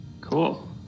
Cool